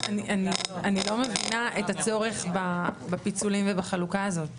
אני לא מבינה את הצורך בפיצולים ובחלוקה הזאת טכנית,